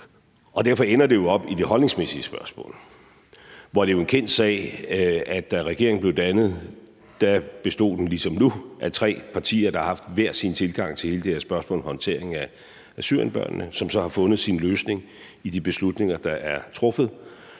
Derfor ender det op i det holdningsmæssige spørgsmål, hvor det jo er en kendt sag, at da regeringen blev dannet, bestod den ligesom nu af tre partier, der har haft hver sin tilgang til hele det her spørgsmål om håndtering af syriensbørnene, som så har fundet sin løsning i de beslutninger, der er truffet,